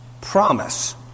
Promise